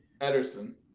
Ederson